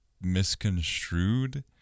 misconstrued